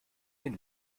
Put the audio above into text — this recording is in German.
den